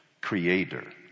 creator